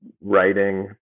Writing